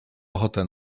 ochotę